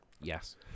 Yes